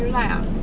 you like ah